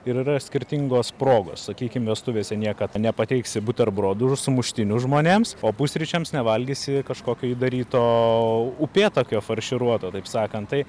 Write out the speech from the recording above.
ir yra skirtingos progos sakykim vestuvėse niekad nepateiksi buterbrodų ir sumuštinių žmonėms o pusryčiams nevalgysi kažkokio įdaryto upėtakio farširuoto taip sakant tai